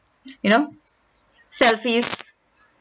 you know selfies